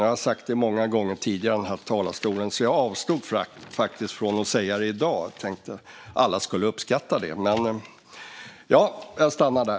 Jag har sagt det många gånger tidigare i den här talarstolen, och jag hade faktiskt tänkt avstå från att säga det i dag - jag tänkte att alla skulle uppskatta det.